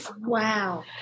Wow